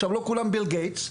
עכשיו לא כולם ביל גייטס,